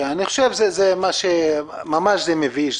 אני חושב שזה ממש מביש.